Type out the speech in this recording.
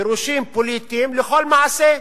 פירושים פוליטיים לכל מעשה.